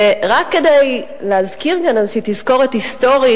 רק כדי להזכיר כאן איזו תזכורת היסטורית,